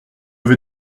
vais